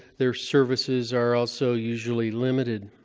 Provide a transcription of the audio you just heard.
their services are also usually limited.